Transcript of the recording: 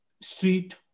street